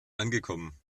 angekommen